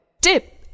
Tip